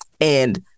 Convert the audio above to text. and-